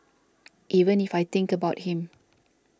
even if I think about him